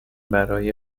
برای